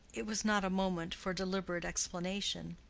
it was not a moment for deliberate explanation.